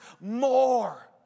more